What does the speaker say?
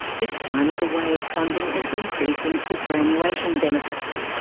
this time as a way of funding an increase in superannuation benefits.